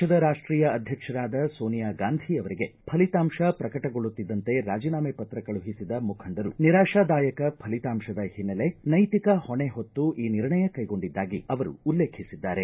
ಪಕ್ಷದ ರಾಷ್ಟೀಯ ಅಧ್ಯಕ್ಷರಾದ ಸೋನಿಯಾ ಗಾಂಧಿ ಅವರಿಗೆ ಫಲಿತಾಂಶ ಪ್ರಕಟಗೊಳ್ಳುತ್ತಿದ್ದಂತೆ ರಾಜಿನಾಮೆ ಪತ್ರ ಕಳುಹಿಸಿದ ಮುಖಂಡರು ನಿರಾಶಾದಾಯಕ ಫಲಿತಾಂಶದ ಹಿನ್ನೆಲೆ ನೈತಿಕ ಹೊಣೆ ಹೊತ್ತು ಈ ನಿರ್ಣಯ ಕೈಗೊಂಡಿದ್ದಾಗಿ ಅವರು ಉಲ್ಲೇಖಿಸಿದ್ದಾರೆ